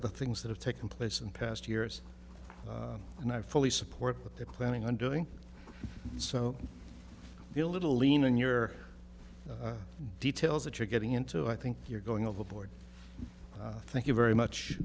other things that have taken place in past years and i fully support that they're planning on doing so be a little lean in your details that you're getting into i think you're going overboard thank you very much